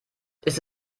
ist